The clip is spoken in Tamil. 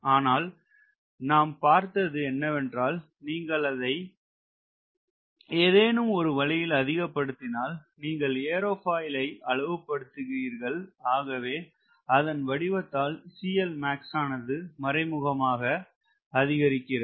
ஆனால் நாம் பார்த்தது என்னவென்றால் நீங்கள் அதை ஏதேனும் ஒரு வழியில் அதிகப்படுத்தினால் நீங்கள் ஏரோபாயிலை அளவு படுத்துகிறீர்கள் ஆகவே அதன் வடிவத்தால் ஆனது மறைமுகமாக அதிகரிக்கிறது